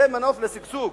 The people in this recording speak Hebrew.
זה מנוף לשגשוג,